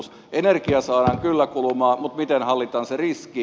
energiaa saadaan kyllä kulumaan mutta miten hallitaan se riski